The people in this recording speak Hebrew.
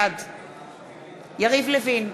בעד יריב לוין,